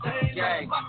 gang